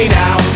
now